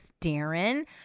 Darren